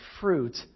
fruit